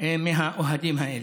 מהאוהדים האלה.